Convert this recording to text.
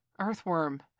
earthworm